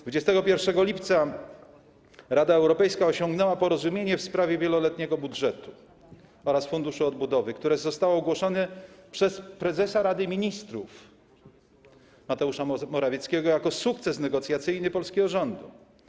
21 lipca Rada Europejska osiągnęła porozumienie w sprawie wieloletniego budżetu oraz funduszu odbudowy, które zostało ogłoszone przez prezesa Rady Ministrów Mateusza Morawieckiego jako sukces negocjacyjny polskiego rządu.